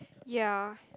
ya